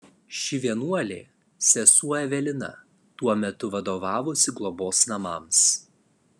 ši vienuolė sesuo evelina tuo metu vadovavusi globos namams